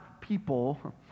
people